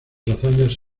hazañas